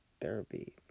therapy